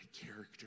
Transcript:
character